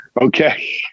Okay